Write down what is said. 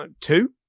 two